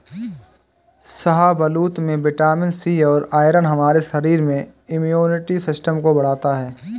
शाहबलूत में vitamin C और आयरन हमारे शरीर में इम्युनिटी सिस्टम को बढ़ता है